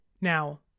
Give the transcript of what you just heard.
Now